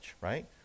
right